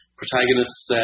protagonists